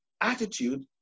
attitude